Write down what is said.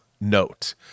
note